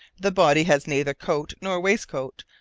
the body had neither coat nor waistcoat,